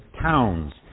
towns